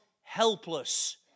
helpless